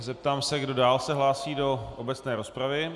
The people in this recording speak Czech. Zeptám se, kdo dál se hlásí do obecné rozpravy.